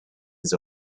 his